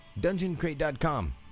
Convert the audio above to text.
DungeonCrate.com